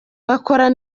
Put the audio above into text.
bakora